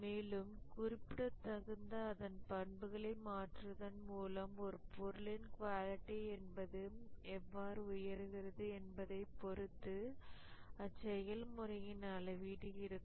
மேலும் குறிப்பிடத்தகுந்த அதன் பண்புகளை மாற்றுவதன் மூலம் ஒரு பொருளின் குவாலிட்டி என்பது எவ்வாறு உயர்கிறது என்பதை பொறுத்து அச்செயல் முறையின் அளவீடு இருக்கும்